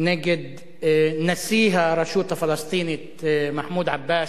נגד נשיא הרשות הפלסטינית, מחמוד עבאס,